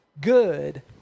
good